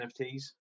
NFTs